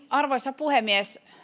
arvoisa puhemies